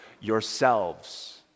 yourselves